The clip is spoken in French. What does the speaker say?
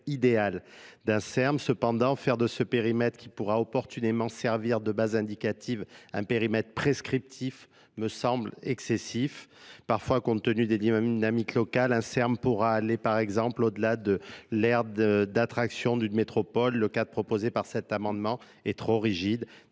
cependant faire de ce périmètre qui pourra opportunément servir de base indicative un périmètre prescriptif me semble excessif parfois compte tenu des dynamiques locales, l'inserm pourra aller par exemple au delà de l'ère d'attraction de métropole. le cadre proposé par cet amendement est trop rigide.